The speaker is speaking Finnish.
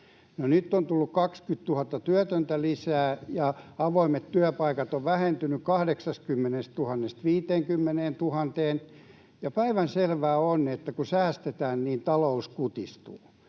nyt on tullut 20 000 työtöntä lisää ja avoimet työpaikat ovat vähentyneet 80 000:sta 50 000:een. Päivänselvää on, että kun säästetään, niin talous kutistuu,